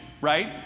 right